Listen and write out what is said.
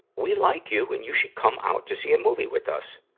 we like you and you should come out to see a movie with us.